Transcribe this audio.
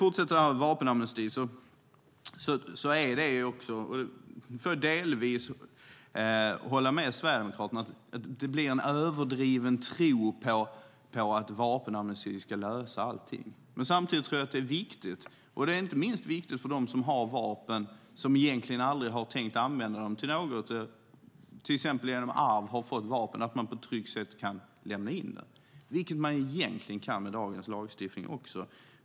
Jag håller delvis med Sverigedemokraterna om att det blir en överdriven tro på att en vapenamnesti ska lösa allt. Men samtidigt tror jag att en sådan är viktig, och den är inte minst viktig för dem som har vapen och som egentligen aldrig har tänkt använda dem till något - de kanske har fått dem genom arv - så att de på ett tryggt sätt kan lämna in dem. Det kan man egentligen med dagens lagstiftning också.